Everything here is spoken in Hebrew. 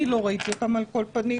אני לא ראיתי אותן, על כל פנים.